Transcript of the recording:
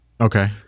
Okay